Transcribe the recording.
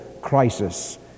crisis